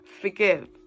forgive